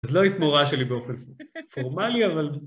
אז לא היית מורה שלי באופן פורמלי, אבל...